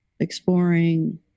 exploring